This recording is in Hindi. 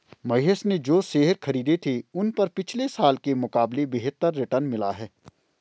महेश ने जो शेयर खरीदे थे उन पर पिछले साल के मुकाबले बेहतर रिटर्न मिला है